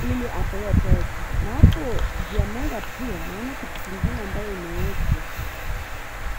ili apewe pesa ,na juu ya meza naona kitu kingine kimewekwa.